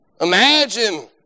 Imagine